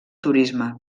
turisme